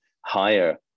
higher